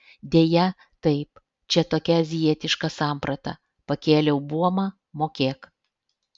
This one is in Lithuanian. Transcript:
deja taip čia tokia azijietiška samprata pakėliau buomą mokėk